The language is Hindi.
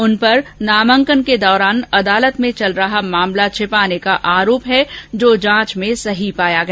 उन पर नामांकन के दौरान अदालत में चल रहा मामला छिपाने का आरोप है जो जांच में सही पाया गया